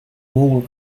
all